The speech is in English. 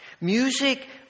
Music